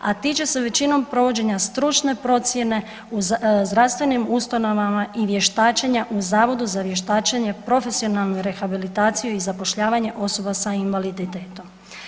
A tiče se većinom provođenje stručne procjene u zdravstvenim ustanovama i vještačenja u Zavodu za vještačenje, profesionalnu rehabilitaciju i zapošljavanje osoba sa invaliditetom.